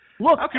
Look